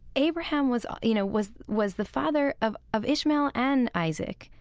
abraham was, you know, was was the father of of ishmael and isaac.